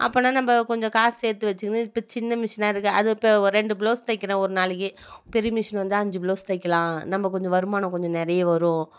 அப்போனா நம்ம கொஞ்சம் காசு சேர்த்து வச்சுக்கினு இப்போ சின்ன மிஷினாக இருக்குது அதை இப்போ ஒரு ரெண்டு ப்ளெளஸ் தைக்கிறேன் ஒரு நாளைக்கு பெரிய மிஷின் வந்தால் அஞ்சு ப்ளௌஸ் தைக்கலாம் நம்ம கொஞ்சம் வருமானம் கொஞ்சம் நிறைய வரும்